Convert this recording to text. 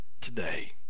today